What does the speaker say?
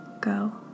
go